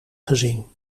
gezien